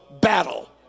battle